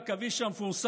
מישהו מפריע לכם לשלוט?